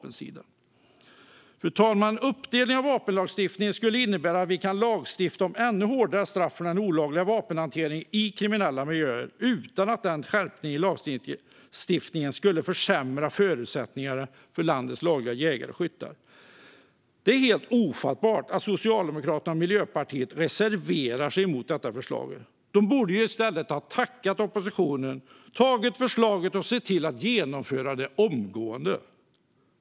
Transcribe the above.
En uppdelning av vapenlagstiftningen skulle innebära att vi kan lagstifta om ännu hårdare straff för den olagliga vapenhanteringen i kriminella miljöer utan att den skärpningen av lagstiftningen försämrar förutsättningarna för landets lagliga jägare och skyttar. Det är helt ofattbart att Socialdemokraterna och Miljöpartiet reserverar sig mot detta förslag. De borde i stället ha tackat oppositionen för förslaget och sett till att genomföra det omgående.